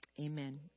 Amen